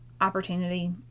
opportunity